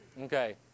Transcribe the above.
Okay